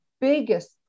biggest